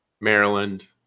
Maryland